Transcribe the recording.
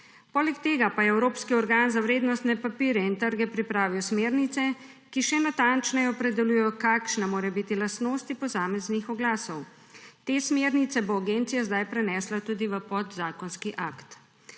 Poleg tega pa je Evropski organ za vrednostne papirje in trge pripravil smernice, ki še natančneje opredeljujejo, kakšne morajo biti lastnosti posameznih oglasov. Te smernice bo agencija zdaj prenesla tudi v podzakonski akt.